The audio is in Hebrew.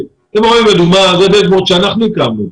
זה דש-בורד שאנחנו הקמנו.